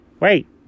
Wait